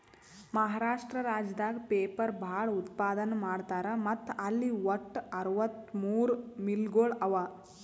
ಮಹಾರಾಷ್ಟ್ರ ರಾಜ್ಯದಾಗ್ ಪೇಪರ್ ಭಾಳ್ ಉತ್ಪಾದನ್ ಮಾಡ್ತರ್ ಮತ್ತ್ ಅಲ್ಲಿ ವಟ್ಟ್ ಅರವತ್ತಮೂರ್ ಮಿಲ್ಗೊಳ್ ಅವಾ